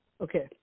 Okay